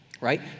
Right